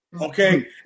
okay